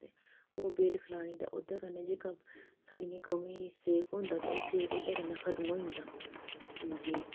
ते ओह् बेल खलानी ते ओह्दे कन्नै जेह्का साढ़ियें गवें गी सेक होंदा ते ओह् सेक ओह्दे कन्नै खतम होई जंदा हां जी